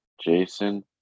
Jason